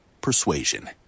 persuasion